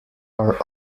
are